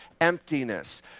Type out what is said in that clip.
emptiness